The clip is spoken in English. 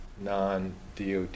non-DOD